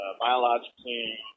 biologically